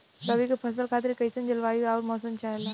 रबी क फसल खातिर कइसन जलवाय अउर मौसम चाहेला?